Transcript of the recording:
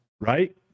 Right